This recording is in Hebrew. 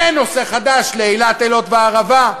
זה נושא חדש לאילת, אילות והערבה.